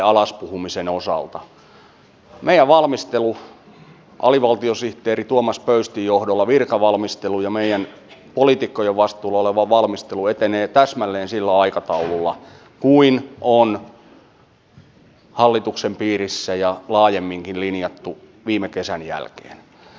meidän valmistelumme alivaltiosihteeri tuomas pöystin johdolla virkavalmistelu ja meidän poliitikkojen vastuulla oleva valmistelu etenee täsmälleen sillä aikataululla kuin on hallituksen piirissä ja laajemminkin linjattu viime kesän jälkeen